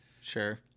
Sure